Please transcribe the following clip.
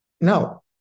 Now